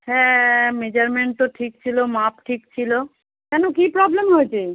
হ্যাঁ মেজারমেন্ট তো ঠিক ছিলো মাপ ঠিক ছিলো কেন কি প্রবলেম হয়েছে